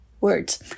words